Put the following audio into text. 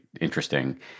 interesting